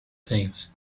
things